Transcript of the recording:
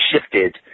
shifted